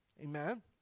Amen